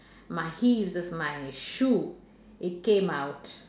my heels of my shoe it came out